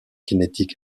kinetic